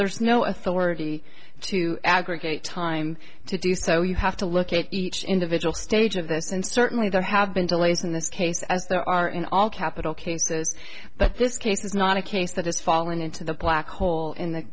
there's no authority to aggregate time to do so you have to look at each individual stage of this and certainly there have been delays in this case as there are in all capital cases but this case is not a case that has fallen into the black hole in the